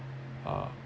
uh